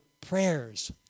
prayers